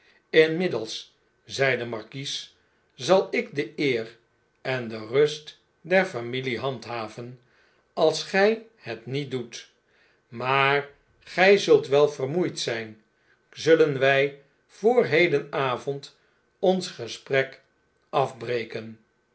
lnmiddels zei de markies zal ik de eer en de rust der familie handhaven als gij het niet doet maar gn zult wel vermoeid zpn zullen w j voor hedenavond ons gesprek afbreken